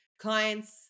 clients